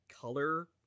color